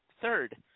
Third